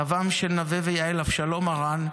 סבם של נווה ויהל, אבשלום הרן,